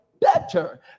better